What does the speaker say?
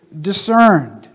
discerned